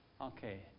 okay